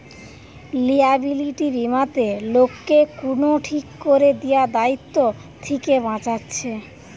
liability বীমাতে লোককে কুনো ঠিক কোরে দিয়া দায়িত্ব থিকে বাঁচাচ্ছে